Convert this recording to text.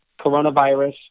coronavirus